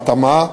בהתאמה,